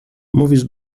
mówisz